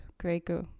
kweken